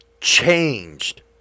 changed